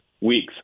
weeks